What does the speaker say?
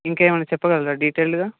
ఇంకేమన్నా చెప్పగలరా డీటైల్డ్గా